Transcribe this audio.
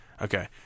Okay